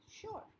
Sure